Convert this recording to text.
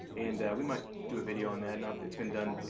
and we might do a video on that, it's been done,